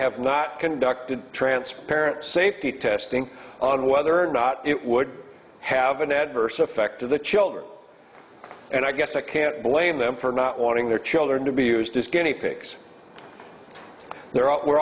have not conducted transparent safety testing on whether or not it would have an adverse effect to the children and i guess i can't blame them for not wanting their children to be used as guinea pigs they're